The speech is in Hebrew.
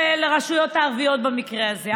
לרשויות הערביות במקרה הזה.